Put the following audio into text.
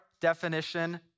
definition